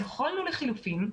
יכולנו, לחילופין,